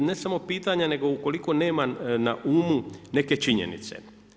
I ne samo pitanja nego ukoliko nema na umu neke činjenice.